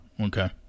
Okay